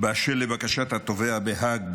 באשר לבקשת התובע בהאג.